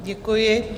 Děkuji.